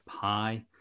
pi